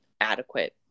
adequate